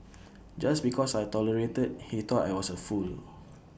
just because I tolerated he thought I was A fool